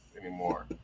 anymore